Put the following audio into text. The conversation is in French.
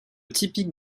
typique